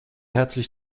herzlich